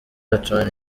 antoine